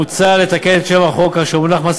מוצע לתקן את שם החוק כך שהמונח "מס